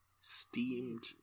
Steamed